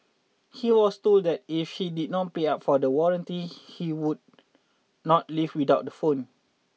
he was told that if he did not pay up for the warranty he would not leave without the phone